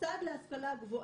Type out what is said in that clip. מוסד להשכלה גבוהה,